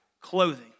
clothing